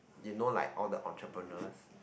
you know like all the entrepreneurs